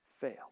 fail